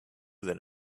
that